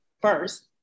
first